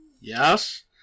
Yes